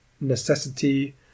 necessity